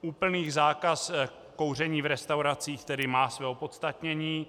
Úplný zákaz kouření v restauracích tedy má své opodstatnění.